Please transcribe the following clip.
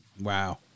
Wow